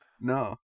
No